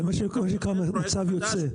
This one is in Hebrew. זה מה שנקרא מצב יוצא.